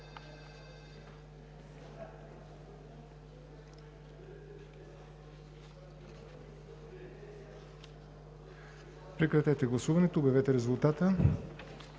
Прекратете гласуването и обявете резултата.